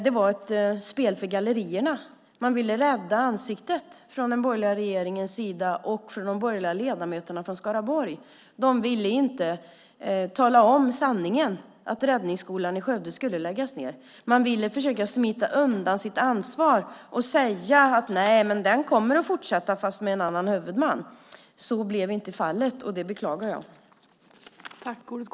Det var ett spel för gallerierna. Den borgerliga regeringen och de borgerliga ledamöterna från Skaraborg ville rädda ansiktet. De ville inte tala om sanningen, att Räddningsskolan i Skövde skulle läggas ned. Man ville försöka smita undan sitt ansvar och säga: Nej, den kommer att fortsätta, fast med en annan huvudman. Så blev inte fallet. Det beklagar jag.